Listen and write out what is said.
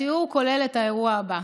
והתיאור כולל את האירוע הזה: